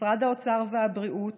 משרד האוצר ומשרד הבריאות,